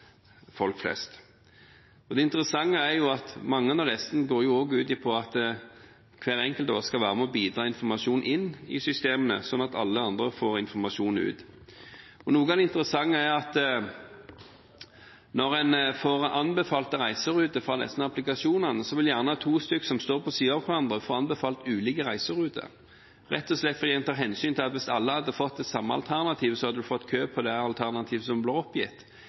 folk flest. Det interessante er at mange av disse går ut på at hver enkelt av oss skal være med og bidra med informasjon inn i systemene, slik at alle andre får informasjon ut. Noe av det interessante er at når en får anbefalte reiseruter fra disse applikasjonene, vil gjerne to stykker som står ved siden av hverandre, få anbefalt ulike reiseruter, rett og slett fordi en tar hensyn til at hvis alle hadde fått det samme alternativet, hadde en fått kø på det alternativet som ble oppgitt.